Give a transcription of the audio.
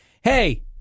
hey